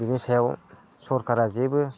बेनि सायाव सोरखारा जेबो